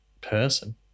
person